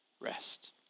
rest